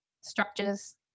structures